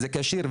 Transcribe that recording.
זה כשיר.